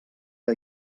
que